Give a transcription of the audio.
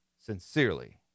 Sincerely